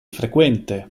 frequente